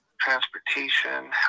transportation